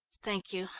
thank you,